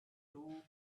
two